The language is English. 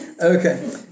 Okay